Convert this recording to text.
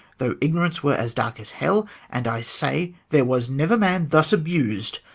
though ignorance were as dark as hell and i say, there was never man thus abus'd.